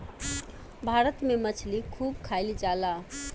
भारत में मछली खूब खाईल जाला